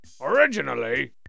Originally